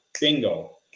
bingo